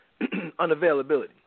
unavailability